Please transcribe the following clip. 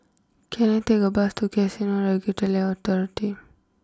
can I take a bus to Casino Regulatory Authority